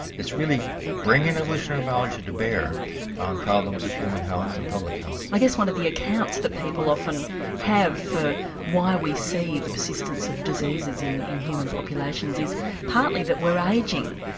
it's really bringing evolutionary biology to bear on problems of human health and public health. i guess one of the accounts that people often have for why we see the persistence of diseases in in human populations is partly that we're ageing,